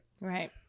Right